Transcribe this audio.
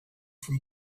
from